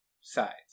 sides